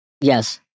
Yes